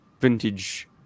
vintage